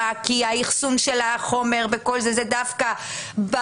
כי אחסון החומר הוא דווקא לא במשטרה,